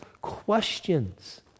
questions